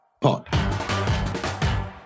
pod